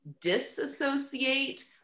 disassociate